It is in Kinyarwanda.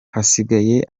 hasigaye